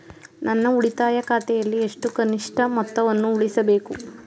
ನನ್ನ ಉಳಿತಾಯ ಖಾತೆಯಲ್ಲಿ ಎಷ್ಟು ಕನಿಷ್ಠ ಮೊತ್ತವನ್ನು ಉಳಿಸಬೇಕು?